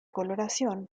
coloración